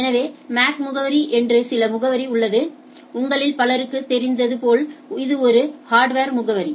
எனவே MAC முகவரி என்று சில முகவரி உள்ளது உங்களில் பலருக்கு தெரிந்தது போல இது ஒரு ஹார்ட்வர் முகவரி